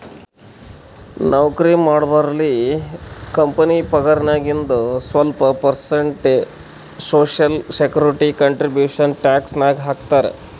ನೌಕರಿ ಮಾಡೋರ್ಬಲ್ಲಿ ಕಂಪನಿ ಪಗಾರ್ನಾಗಿಂದು ಸ್ವಲ್ಪ percent social security contribution tax ನಾಗ್ ಹಾಕ್ತಾರ್